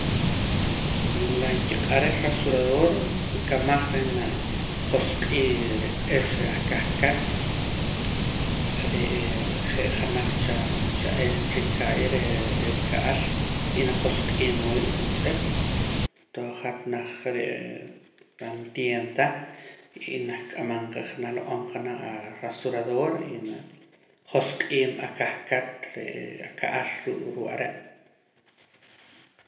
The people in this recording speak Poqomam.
Laa nkiq'ar reh rasuradoora nkamaj reh najosq'ii re' is reh akahkat re'ee je' janaj cha xa ischa nka'ya ree re' rika'al y najosq'iim awiib' juntz'ip ntoo hat naaj re' pan tieenta y naj k'amanqaj naj loq'omqa janaj aarasuradoora y najosq'iim akahkat re'ee aka'al ruu' ruu' are'